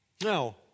Now